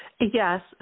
Yes